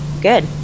good